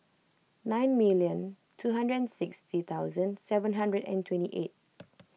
nine million two hundred and sixty thousand seven hundred and twenty eight